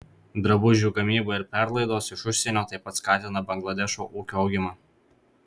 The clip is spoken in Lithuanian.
drabužių gamyba ir perlaidos iš užsienio taip pat skatina bangladešo ūkio augimą